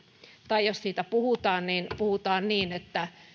tai jos siitä puhutaan niin puhutaan niin että